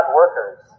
workers